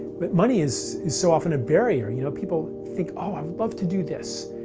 but money is so often a barrier. you know people think oh, i would love to do this,